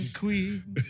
queen